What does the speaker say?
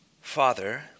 Father